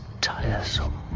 tiresome